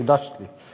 חידשת לי.